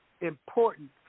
important